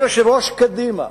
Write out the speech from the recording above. אל יושבת-ראש קדימה,